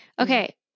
Okay